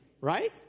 right